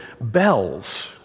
Bells